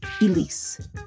Elise